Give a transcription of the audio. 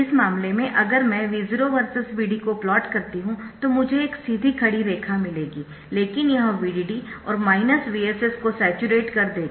इस मामले में अगर मैं V0 वर्सेस Vd को प्लॉट करती हूं तो मुझे एक सीधी खड़ी रेखा मिलेगी लेकिन यह VDD और VSS को स्याचुरेट कर देगी